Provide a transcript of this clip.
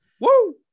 woo